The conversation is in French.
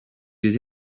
des